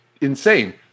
insane